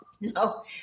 no